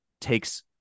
takes